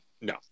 No